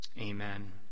Amen